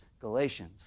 Galatians